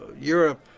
Europe